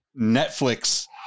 Netflix